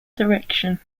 direction